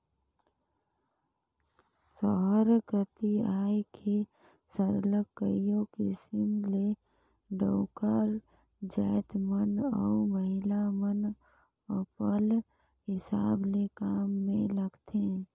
सहर कती आए के सरलग कइयो किसिम ले डउका जाएत मन अउ महिला मन अपल हिसाब ले काम में लगथें